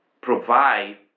provide